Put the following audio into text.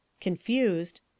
Confused